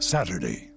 Saturday